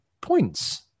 points